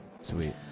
sweet